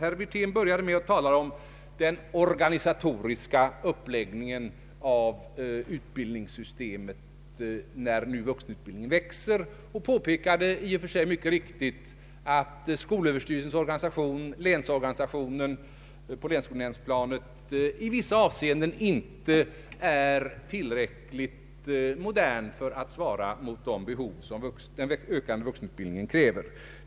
Herr Wirtén började med att tala om den organisatoriska uppläggningen av utbildningssystemet, när nu vuxenutbildningen växer, och påpekade, i och för sig riktigt, att skolöverstyrelsens organisation och organisationen på länsskolnämndsplanet i vissa avseenden inte är tillräckligt modern för att svara mot de behov som den ökade vuxenutbildningen för med sig.